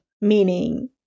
meaning